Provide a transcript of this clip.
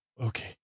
Okay